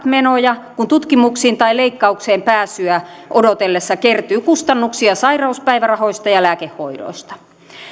menoja kun tutkimuksiin tai leikkaukseen pääsyä odotellessa kertyy kustannuksia sairauspäivärahoista ja lääkehoidoista